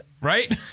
right